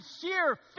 sheer